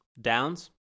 Downs